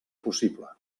possible